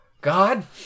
God